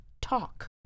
talk